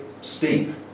steep